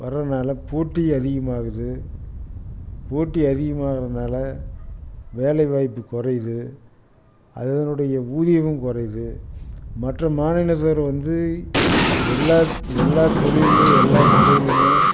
வர்றதுனால போட்டி அதிகமாகுது போட்டி அதிகமாகுறதுனால வேலைவாய்ப்பு குறையிது அதனுடைய ஊதியமும் குறையிது மற்ற மாநிலத்தவர் வந்து எல்லா எல்லா தொழில் எல்லா துறையிலயுமே